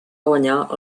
guanyar